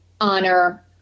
honor